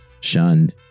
shunned